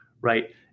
Right